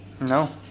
no